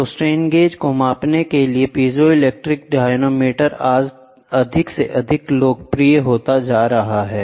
तो strain gauge को मापने के लिए पीजो क्रिस्टल डायनामोमीटर आज अधिक से अधिक लोकप्रिय हो रहा है